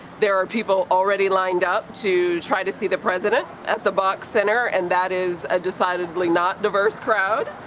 there are people already lined up to try to see the president at the bok center, and that is a decidedly not diverse crowd.